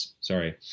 sorry